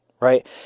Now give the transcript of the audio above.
Right